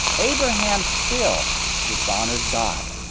abraham still dishonored god.